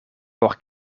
por